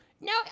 No